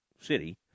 city